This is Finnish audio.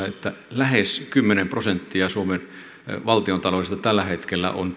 että lähes kymmenen prosenttia suomen valtiontaloudesta tällä hetkellä on